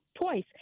twice